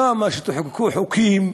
כמה שתחוקקו חוקים,